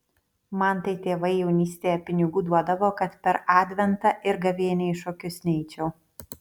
man tai tėvai jaunystėje pinigų duodavo kad per adventą ir gavėnią į šokius neičiau